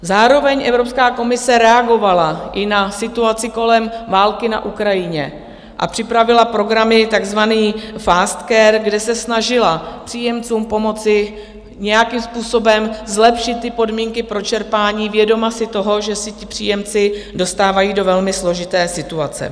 Zároveň Evropská komise reagovala i na situaci kolem války na Ukrajině a připravila programy, takzvaný FASTCARE, kde se snažila příjemcům pomoci nějakým způsobem zlepšit podmínky pro čerpání, vědoma si toho, že se ti příjemci dostávají do velmi složité situace.